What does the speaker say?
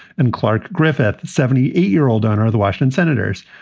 and clark griffith, seventy eight year old owner of the washington senators.